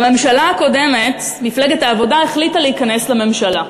בממשלה הקודמת מפלגת העבודה החליטה להיכנס לממשלה,